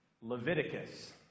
Leviticus